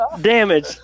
Damage